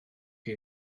chi